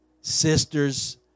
sisters